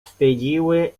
wstydziły